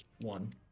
one